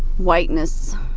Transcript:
whiteness.